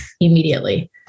immediately